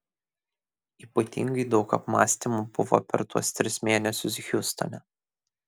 ypatingai daug apmąstymų buvo per tuos tris mėnesius hjustone